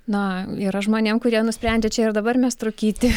na yra žmonėm kurie nusprendžia čia ir dabar mesti rūkyti